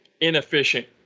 inefficient